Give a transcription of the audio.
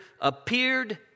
appeared